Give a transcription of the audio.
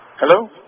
Hello